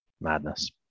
Madness